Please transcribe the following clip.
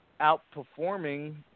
outperforming